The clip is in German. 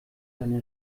seine